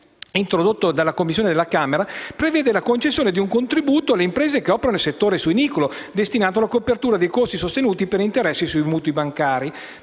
introdotto in Commissione alla Camera, prevede la concessione di un contributo alle imprese che operano nel settore suinicolo destinato alla copertura dei costi sostenuti per interessi sui mutui bancari.